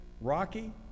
rocky